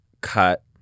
cut